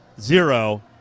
zero